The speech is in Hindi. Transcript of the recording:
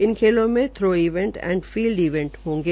इन खेलों में three events and field event होंगे